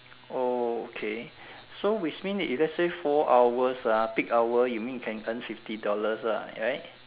oh okay so which mean if let say four hours ah peak hour you mean you can earn fifty dollars lah right